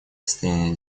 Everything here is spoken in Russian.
состояния